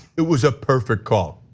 it was a perfect call.